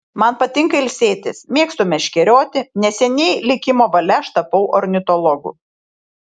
man patinka ilsėtis mėgstu meškerioti neseniai likimo valia aš tapau ornitologu